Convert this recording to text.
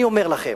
אני אומר לכם,